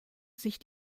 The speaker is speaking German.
sich